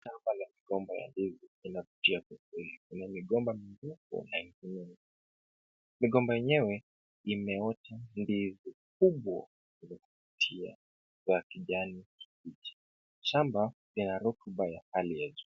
Shamba la migomba ya ndizi linavutia kwa kweli. Kuna migomba mirefu na mingine mifupi. Migomba yenyewe imeota ndizi kubwa za kuvutia za kijani kibichi. Shamba ina rotuba ya hali ya juu.